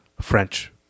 French